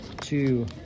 two